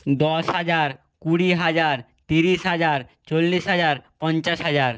দশ হাজার কুড়ি হাজার তিরিশ হাজার চল্লিশ হাজার পঞ্চাশ হাজার